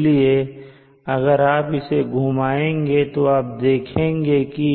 इसलिए अगर आप इसे घुमाएंगे तो आप देखेंगे की